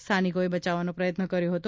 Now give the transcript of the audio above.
સ્થાનિકોએ બચાવવાનો પ્રયત્ન કર્યો હતો